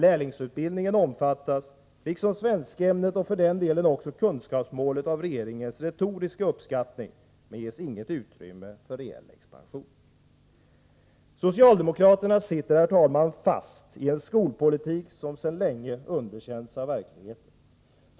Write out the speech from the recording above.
Lärlingsutbildningen omfattas — liksom svenskämnet och för den delen också kunskapsmålet — av regeringens retoriska uppskattning men ges inget utrymme för reell expansion. Socialdemokratin sitter fast i en skolpolitik som sedan länge underkänts av verkligheten.